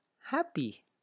happy